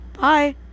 Bye